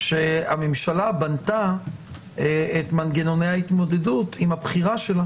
שהממשלה בנתה את מנגנוני ההתמודדות עם הבחירה שלה.